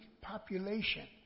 population